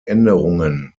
änderungen